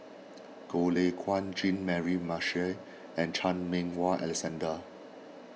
Goh Lay Kuan Jean Mary Marshall and Chan Meng Wah Alexander